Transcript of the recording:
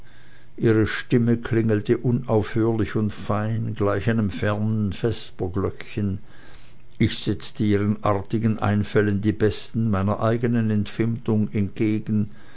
ihre stimme klingelte unaufhörlich und fein gleich einem fernen vesperglöckchen ich setzte ihren artigen einfällen die besten meiner eigenen erfindung entgegen